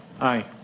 Aye